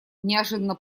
неожиданно